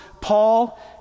Paul